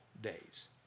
days